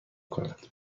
کند